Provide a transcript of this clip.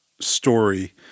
story